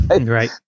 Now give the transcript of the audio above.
right